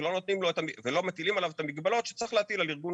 ולא מטילים עליו את המגבלות שצריך להטיל על ארגון